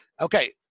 Okay